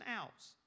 outs